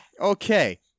Okay